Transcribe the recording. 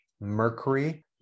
mercury